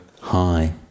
hi